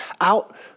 out